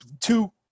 two